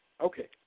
okay